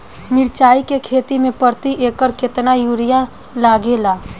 मिरचाई के खेती मे प्रति एकड़ केतना यूरिया लागे ला?